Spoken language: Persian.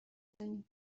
بزنی